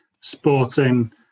sporting